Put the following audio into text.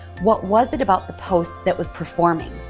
what was it about the post that was performing?